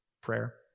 prayer